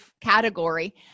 category